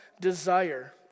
desire